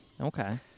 Okay